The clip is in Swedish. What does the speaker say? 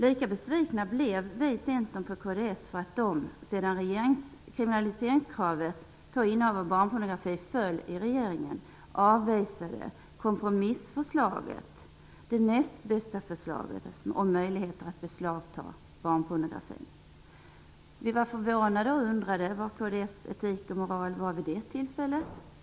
Lika besvikna är vi i Centern på kds för att partiet sedan kravet på kriminalsering av innehav av barnpornografi föll i regeringen, avvisade kompromissförslaget -- det näst bästa förslaget -- om möjligheter att beslagta barnpornografi. Vi var förvånade och undrade var kds etik och moral fanns vid det tillfället.